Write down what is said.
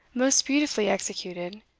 most beautifully executed,